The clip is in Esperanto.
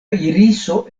iriso